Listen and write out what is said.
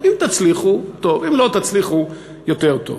אם תצליחו, טוב, אם לא תצליחו, יותר טוב.